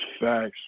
Facts